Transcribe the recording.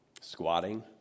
squatting